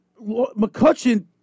McCutcheon